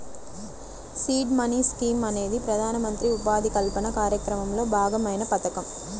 seed money scheme అనేది ప్రధానమంత్రి ఉపాధి కల్పన కార్యక్రమంలో భాగమైన పథకం